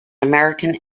american